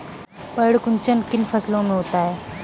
पर्ण कुंचन किन फसलों में होता है?